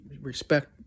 respect